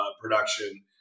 production